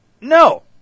no